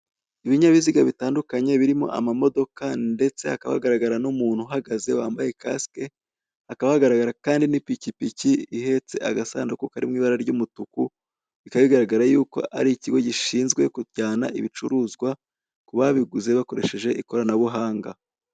Ibinyabiziga bitandukanye birimo amamodoka ndetse hakaba n'umuntu uhagaze wambaye kasike, hakaba hagaragara kandi n'ipikipiki ihetse agasanduku kari mu ibara ry'umutuku, bikaba bigaragara yuko ari ikigo gishinzwe kujyana ibicuruzwa kubabiguze bakoresheje ikoranabuhanga.